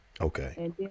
Okay